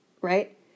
right